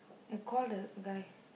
I call the guy